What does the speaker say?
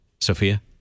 Sophia